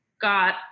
got